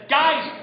guys